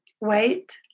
Wait